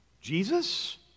Jesus